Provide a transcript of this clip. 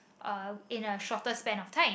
uh in a shorter span of time